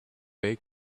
buy